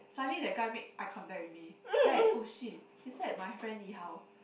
suddenly that guy make eye contact with me then I oh shit is that my friend Yi-Hao